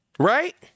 Right